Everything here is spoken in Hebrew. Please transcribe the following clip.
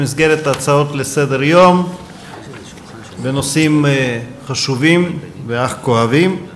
במסגרת הצעות לסדר-יום בנושאים חשובים אך כואבים.